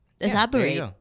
Elaborate